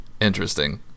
interesting